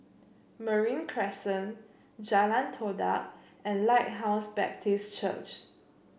Marine Crescent Jalan Todak and Lighthouse Baptist Church